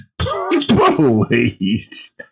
please